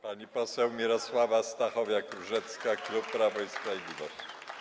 Pani poseł Mirosława Stachowiak-Różecka, klub Prawo i Sprawiedliwość.